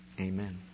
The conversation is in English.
Amen